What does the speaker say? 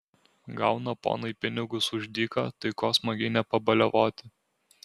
gauna ponai pinigus už dyką tai ko smagiai nepabaliavoti